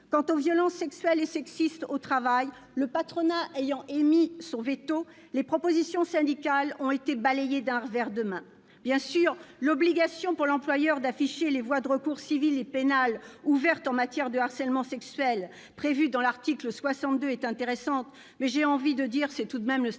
Quant aux violences sexuelles et sexistes au travail, le patronat ayant émis son veto, les propositions syndicales ont été balayées d'un revers de main. Bien sûr, l'obligation pour l'employeur d'afficher les voies de recours civiles et pénales ouvertes en matière de harcèlement sexuel, obligation prévue à l'article 62, est intéressante, mais j'ai envie de dire que c'est tout de même le strict